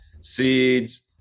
seeds